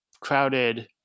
crowded